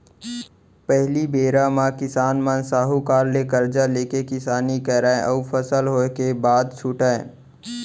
पहिली बेरा म किसान मन साहूकार ले करजा लेके किसानी करय अउ फसल होय के बाद छुटयँ